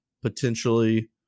potentially